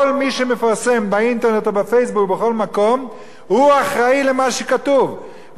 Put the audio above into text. כל מי שמפרסם באינטרנט או ב"פייסבוק" ובכל מקום אחראי למה שכתוב.